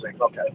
Okay